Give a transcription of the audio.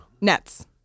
Nets